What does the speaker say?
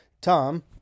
Tom